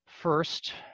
first